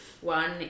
one